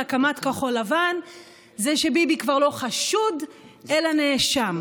הקמת כחול לבן זה שביבי כבר לא חשוד אלא נאשם,